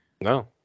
No